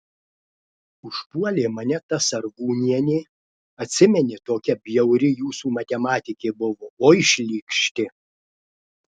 užpuolė mane ta sargūnienė atsimeni tokia bjauri jūsų matematikė buvo oi šlykšti